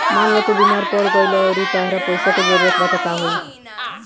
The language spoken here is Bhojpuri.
मान ल तू बीमार पड़ गइलू अउरी तहरा पइसा के जरूरत बा त का होइ